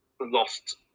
lost